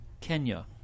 Kenya